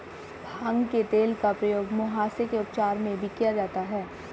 भांग के तेल का प्रयोग मुहासे के उपचार में भी किया जाता है